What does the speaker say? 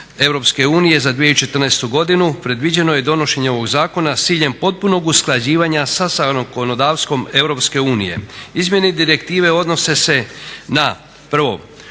Europske unije za 2014. godinu predviđeno je donošenje ovog zakona s ciljem potpunog usklađivanja sa zakonodavstvom Europske unije. Izmjene direktive odnose se na prvo,